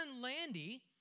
Landy